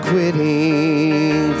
quitting